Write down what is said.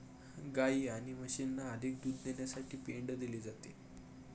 गायी आणि म्हशींना अधिक दूध देण्यासाठी पेंड दिली जाते